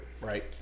right